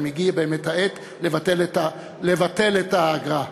האם הגיעה באמת העת לבטל את האגרה.